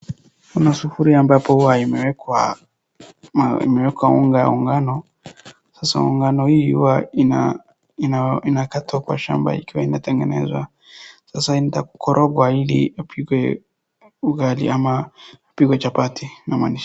Kuna sufuria ambapo huwa imewekwa unga wa ngano. Sasa ungano hii huwa inakatwa kwa shamba ikiwainatengenezwa, sasa itakorogwa ili ipikwe ugali ama ipikwe chapati namaanisha.